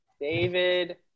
David